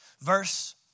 Verse